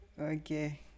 Okay